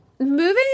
Moving